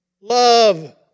Love